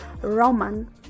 Roman